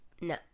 No